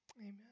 Amen